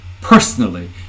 personally